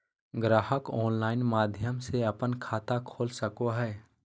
ग्राहक ऑनलाइन माध्यम से अपन खाता खोल सको हइ